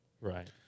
Right